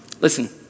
Listen